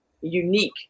unique